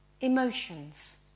emotions